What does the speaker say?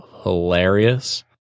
hilarious